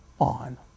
on